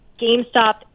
GameStop